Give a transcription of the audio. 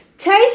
Taste